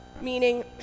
meaning